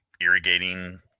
irrigating